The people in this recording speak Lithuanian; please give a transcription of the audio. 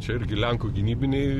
čia irgi lenkų gynybiniai